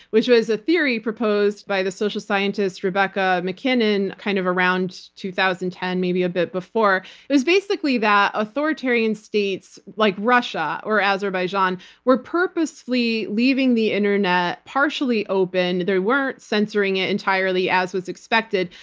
which was a theory proposed by the social scientist rebecca mackinnon, kind of around two thousand and ten, maybe a bit before. it was basically that, authoritarian states like russia or azerbaijan were purposely leaving the internet partially open, they weren't censoring it entirely as was expected,